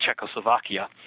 Czechoslovakia